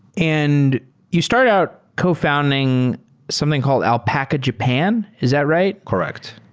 and you started out cofounding something called alpaca japan. is at right? correct.